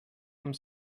amb